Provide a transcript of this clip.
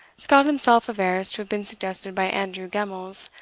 scott himself avers to have been suggested by andrew gemmells,